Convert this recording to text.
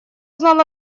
узнал